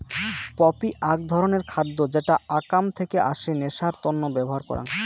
poppy আক ধরণের খাদ্য যেটা আকাম থেকে আসে নেশার তন্ন ব্যবহার করাং